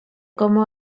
como